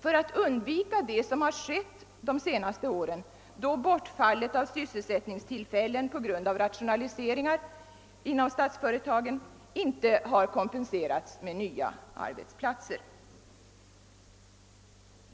för att undvika det som inträffat under de senaste åren, under vilka bortfallet av sysselsättningstillfällen på grund av rationaliseringar inom statsföretagen inte har kompenserats med nya arbetsplatser.